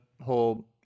whole